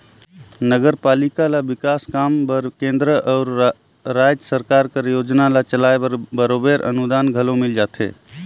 नगरपालिका ल बिकास काम बर केंद्र अउ राएज सरकार कर योजना ल चलाए बर बरोबेर अनुदान घलो मिल जाथे